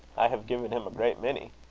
i have given him a great many,